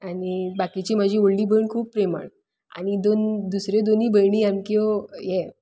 आनी बाकीची म्हजी व्हडली भयण खूब प्रेमळ आनी दुसऱ्यो दोन्ही भयण्यो सामक्यो ये